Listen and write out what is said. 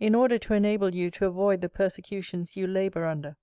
in order to enable you to avoid the persecutions you labour under